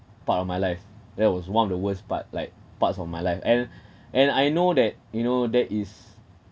part of my life that was one of the worst part like parts of my life and and I know that you know that is